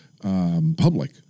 Public